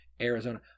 arizona